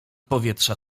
powietrza